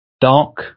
dark